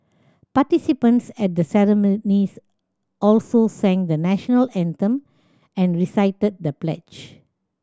participants at the ceremonies also sang the National Anthem and recited the pledge